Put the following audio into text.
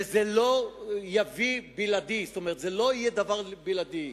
וזה לא יהיה דבר בלעדי.